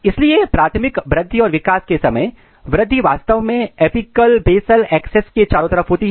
इसलिए प्राथमिक वृद्धि और विकास के समय वृद्धि वास्तव में एपिकल बेसल एक्सेस के चारों तरफ होती है